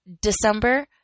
December